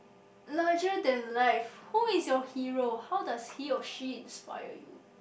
larger than life who is your hero how does he or she inspire you